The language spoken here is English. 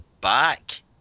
back